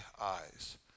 eyes